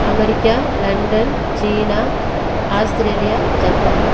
America London China Australia Japan